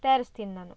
ತಯಾರಿಸ್ತೀನಿ ನಾನು